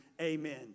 Amen